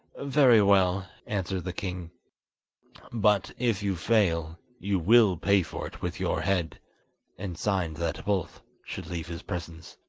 very well answered the king but if you fail, you will pay for it with your head and signed that both should leave his presence.